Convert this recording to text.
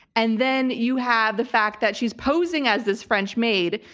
and then you have the fact that she's posing as this french maid,